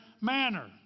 manner